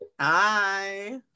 Hi